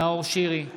שירי,